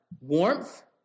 Warmth